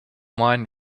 mine